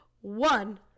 one